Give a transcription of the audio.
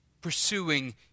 pursuing